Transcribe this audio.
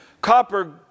Copper